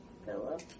Philip